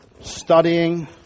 studying